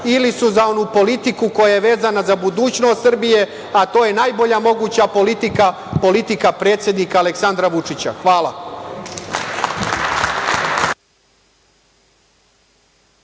ili su za onu politiku koja je vezana za budućnost Srbije, a to je najbolja moguća politika, politika predsednika Aleksandra Vučića. Hvala.